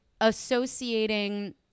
associating